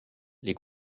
les